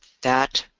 that,